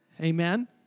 Amen